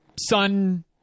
sun